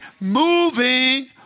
moving